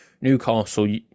Newcastle